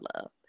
love